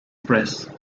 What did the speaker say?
press